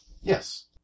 Yes